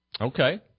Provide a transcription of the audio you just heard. Okay